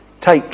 Take